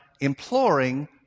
imploring